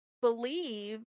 believe